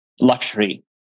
luxury